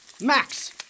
Max